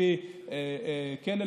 לפי הכלא,